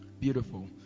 beautiful